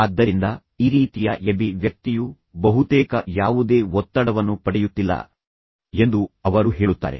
ಆದ್ದರಿಂದ ಈ ರೀತಿಯ ಎಬಿ ವ್ಯಕ್ತಿಯು ಬಹುತೇಕ ಯಾವುದೇ ಒತ್ತಡವನ್ನು ಪಡೆಯುತ್ತಿಲ್ಲ ಎಂದು ಅವರು ಹೇಳುತ್ತಾರೆ